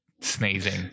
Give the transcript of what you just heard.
sneezing